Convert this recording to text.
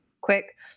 quick